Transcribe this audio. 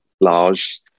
Large